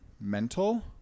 mental